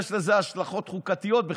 יש לזה השלכות חוקתיות בכלל.